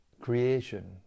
Creation